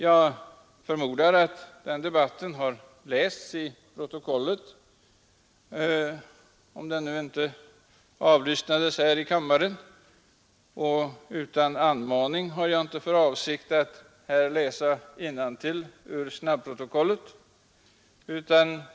Jag förmodar att den debatten lästs i protokollet, om den inte avlyssnats här i kammaren. Utan anmaning har jag inte för avsikt att här läsa innantill ur snabbprotokollet.